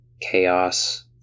chaos